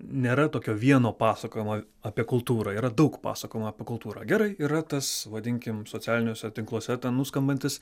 nėra tokio vieno pasakojimo apie kultūrą yra daug pasakojimų apie kultūrą gerai yra tas vadinkim socialiniuose tinkluose nuskambantis